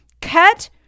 cut